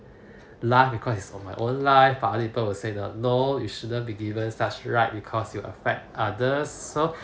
life because it's on my own life but people would say you know no you shouldn't be given such right because you affect others so